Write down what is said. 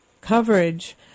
coverage